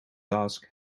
ask